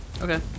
okay